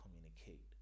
communicate